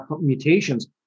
mutations